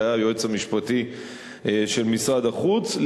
שהיה היועץ המשפטי של משרד החוץ,